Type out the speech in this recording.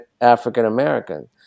African-American